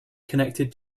connected